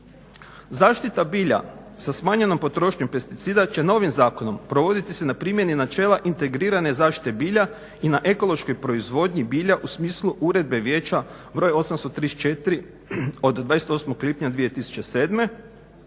Zaštita bilja sa smanjenom potrošnjom pesticida će novim zakonom provoditi se na primjeni načela integrirane zaštite bilja i na ekološkoj proizvodnji bilja u smislu Uredbe vijeća br. 834 od 28. lipnja 2007.